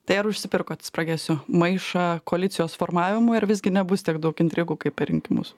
tai ar užsipirkot spragėsių maišą koalicijos formavimui ar visgi nebus tiek daug intrigų kaip per rinkimus